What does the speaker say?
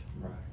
Right